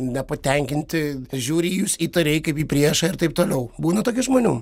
nepatenkinti žiūri į jus įtariai kaip į priešą ir taip toliau būna tokių žmonių